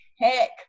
heck